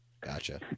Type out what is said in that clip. Gotcha